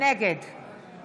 נגד